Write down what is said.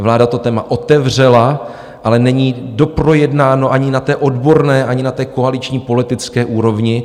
Vláda to téma otevřela, ale není doprojednáno ani na té odborné, ani na té koaliční politické úrovni.